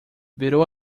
virou